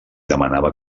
demanava